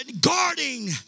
guarding